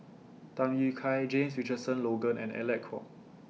Tham Yui Kai James Richardson Logan and Alec Kuok